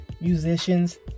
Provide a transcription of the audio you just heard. musicians